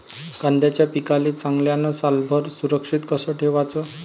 कांद्याच्या पिकाले चांगल्यानं सालभर सुरक्षित कस ठेवाचं?